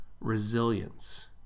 resilience